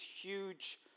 huge